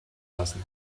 lassen